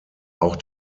auch